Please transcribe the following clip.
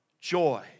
joy